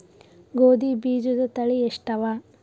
ಗೋಧಿ ಬೀಜುದ ತಳಿ ಎಷ್ಟವ?